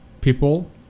People